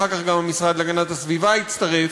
אחר כך גם המשרד להגנת הסביבה הצטרף,